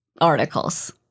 Articles